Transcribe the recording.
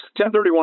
1031